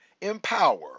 empower